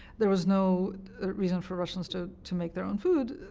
there was no reason for russians to to make their own food.